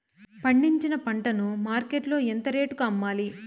పండించిన పంట ను మార్కెట్ లో ఎంత రేటుకి అమ్మాలి?